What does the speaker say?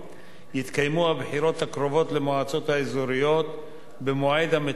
יתקיימו הבחירות הקרובות למועצות האזוריות במועד המתוכנן,